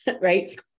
right